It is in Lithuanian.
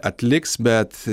atliks bet